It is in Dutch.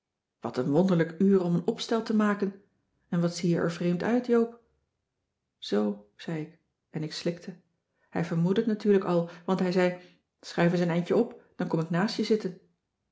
wat een wonderlijk uur om een opstel te maken en wat zie je er vreemd uit joop zoo zei ik en ik slikte hij vermoedde t natuurlijk al want hij zei schuif eens een eindje op dan kom ik naast je zitten